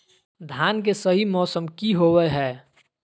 धान के सही मौसम की होवय हैय?